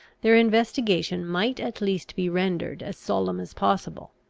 their investigation might at least be rendered as solemn as possible.